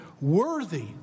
worthy